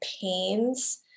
pains